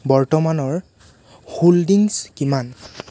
বৰ্তমানৰ হো'ল্ডিংছ কিমান